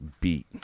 beat